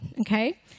okay